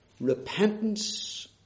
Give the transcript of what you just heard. repentance